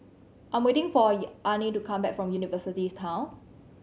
I'm waiting for Anahi to come back from University's Town